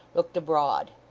looked abroad.